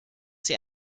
sie